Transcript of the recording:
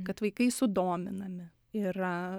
kad vaikai sudominami yra